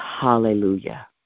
hallelujah